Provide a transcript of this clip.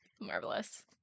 Marvelous